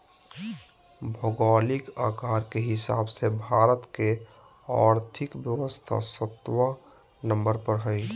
भौगोलिक आकार के हिसाब से भारत के और्थिक व्यवस्था सत्बा नंबर पर हइ